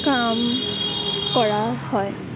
কাম কৰা হয়